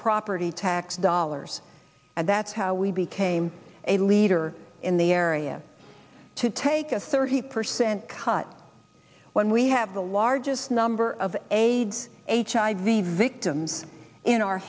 property tax dollars and that's how we became a leader in the area to take a thirty percent cut when we have the largest number of aids hiv victims in our